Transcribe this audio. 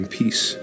peace